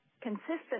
consistent